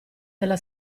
della